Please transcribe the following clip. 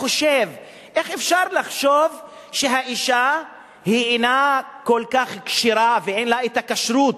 חושב: איך אפשר לחשוב שהאשה היא אינה כל כך כשרה ואין לה את הכשרות